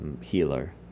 healer